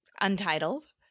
untitled